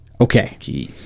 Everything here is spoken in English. okay